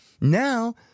Now